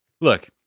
Look